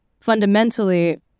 fundamentally